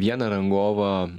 vieną rangovą